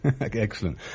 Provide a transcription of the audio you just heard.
Excellent